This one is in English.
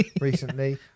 Recently